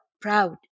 proud